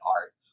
art